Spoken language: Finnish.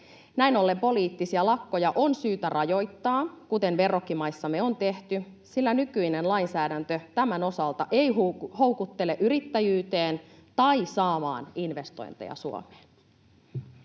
Näin ollen poliittisia lakkoja on syytä rajoittaa, kuten verrokkimaissamme on tehty, sillä nykyinen lainsäädäntö tämän osalta ei houkuttele yrittäjyyteen tai saamaan investointeja Suomeen.